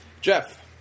Jeff